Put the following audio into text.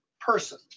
person